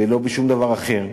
לא בשום דבר אחר,